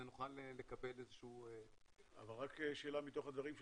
אבל רק שאלה מתוך הדברים שלך,